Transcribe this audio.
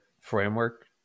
framework